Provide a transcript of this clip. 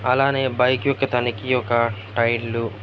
అలానే బైక్ యొక్క తనిఖీ యొక్క టైర్లు